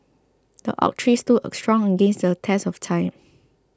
the oak tree stood strong against the test of time